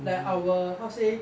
like our how to say